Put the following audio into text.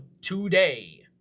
today